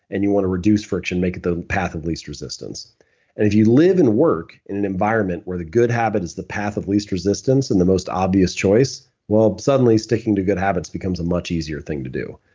and you want to reduce friction, make the path of least resistance if you live and work in an environment where the good habit is the path of least resistance and the most obvious choice, well suddenly sticking to good habits becomes a much easier thing to do